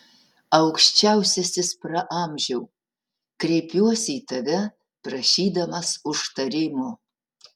aukščiausiasis praamžiau kreipiuosi į tave prašydamas užtarimo